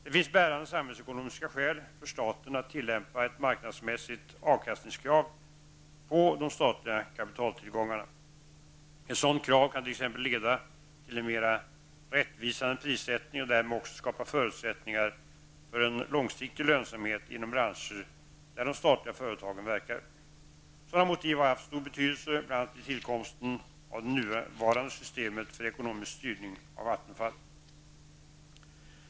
Det finns bärande samhällsekonomiska skäl för staten att tillämpa ett marknadsmässig avkastningskrav på de statliga kapitaltillgångarna. Ett sådant krav kan t.ex. leda till en mera rättvisande prissättning, och därmed också skapa förutsättningar för en långsiktig lönsamhet inom branscher där de statliga företagen verkar. Sådana motiv har haft stor betydelse bl.a. vid tillkomsten av det nuvarande systemet för ekonomisk styrning av Vattenfall.